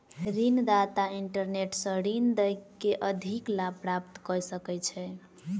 ऋण दाता इंटरनेट सॅ ऋण दय के अधिक लाभ प्राप्त कय सकै छै